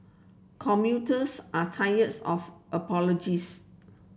commuters are tires of apologies